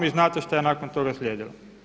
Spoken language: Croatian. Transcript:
Vi znate šta je nakon toga slijedilo.